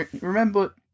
remember